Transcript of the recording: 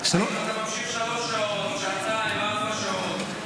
אם אתה ממשיך שלוש שעות, שעתיים, ארבע שעות.